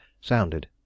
sounded